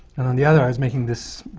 and on the other i was making this,